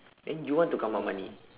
then you want to come out money